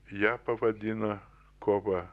ją pavadina kova